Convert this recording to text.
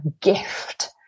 gift